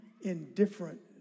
indifferent